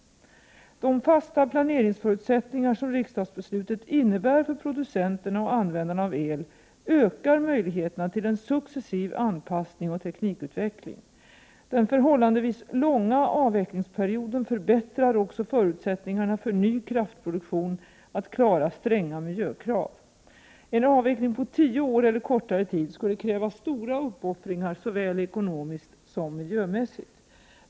De fasta planeringsförutsättningar som riksdagsbeslutet innebär för producenterna och användarna av el ökar möjligheterna till en successiv anpassning och teknikutveckling. Den förhållandevis långa avvecklingsperioden förbättrar också förutsättningarna för ny kraftproduktion att klara stränga miljökrav. En avveckling på tio år eller kortare tid skulle kräva stora uppoffringar såväl ekonomiskt som miljömässigt.